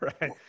Right